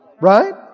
Right